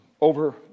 over